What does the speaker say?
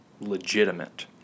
legitimate